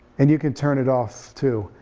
and you can turn it off, too.